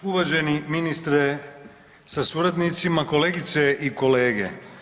Uvaženi ministre sa suradnicima, kolegice i kolege.